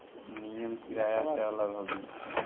नियम किराया से अलग हउवे